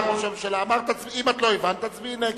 אם לא הבנת, תצביעי נגד.